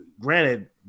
granted